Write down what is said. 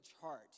chart